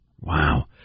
Wow